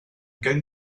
going